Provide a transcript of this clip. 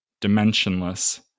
dimensionless